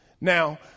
Now